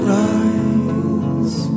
rise